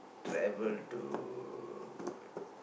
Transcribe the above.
travel to